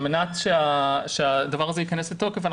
על מנת שהדבר הזה ייכנס לתוקף,